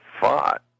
fought